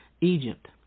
Egypt